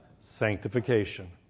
Sanctification